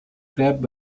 club